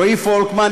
רועי פולקמן,